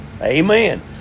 Amen